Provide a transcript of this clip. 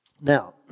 Now